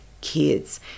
kids